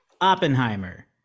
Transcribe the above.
Oppenheimer